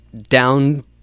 down